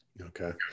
Okay